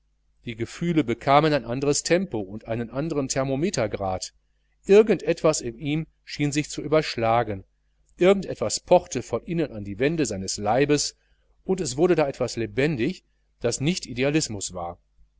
die gefühle bekamen ein anderes tempo und einen anderen thermometergrad irgend etwas in ihm schien sich zu überschlagen irgend etwas pochte von innen an die wände seines leibes es wurde da etwas lebendig das nicht idealismus war